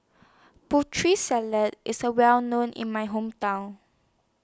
Putri Salad IS A Well known in My Hometown